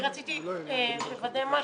רציתי לוודא משהו,